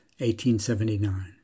1879